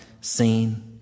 seen